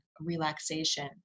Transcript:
relaxation